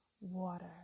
water